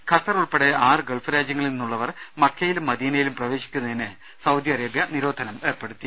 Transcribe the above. Qatar ഉൾപ്പെടെ Gulf രാജ്യങ്ങളിൽ നിന്നുള്ളവർ മക്കയിലും മദീനയിലും ആറ് പ്രവേശിക്കുന്നതിന് സൌദിഅറേബ്യ നിരോധനം ഏർപ്പെടുത്തി